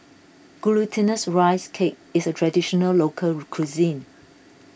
Glutinous Rice Cake is a Traditional Local Cuisine